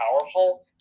powerful